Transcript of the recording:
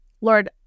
Lord